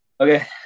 Okay